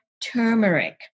turmeric